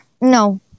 No